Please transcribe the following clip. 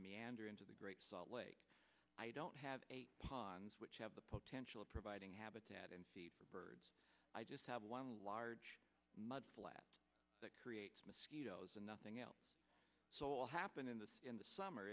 meander into the great salt lake i don't have ponds which have the potential of providing habitat and sea birds i just have one large mudflat that creates mosquitoes and nothing else happened in the in the summer